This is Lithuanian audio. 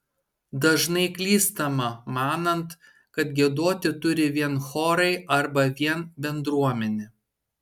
dažnai klystama manant kad giedoti turi vien chorai arba vien bendruomenė